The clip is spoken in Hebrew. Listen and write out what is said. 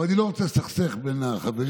אבל אני לא רוצה לסכסך בין חברים,